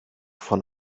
von